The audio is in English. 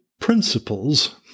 principles